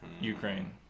Ukraine